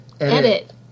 edit